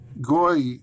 goy